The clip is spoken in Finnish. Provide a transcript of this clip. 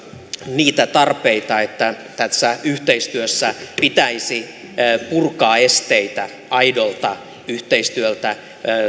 niitä tarpeita että tässä yhteistyössä pitäisi purkaa esteitä aidolta yhteistyöltä